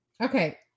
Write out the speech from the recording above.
Okay